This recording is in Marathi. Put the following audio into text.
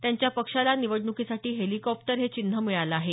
त्यांच्या पक्षाला निवडणुकीसाठी हेलीकॉप्टर हे चिन्ह मिळालं आहे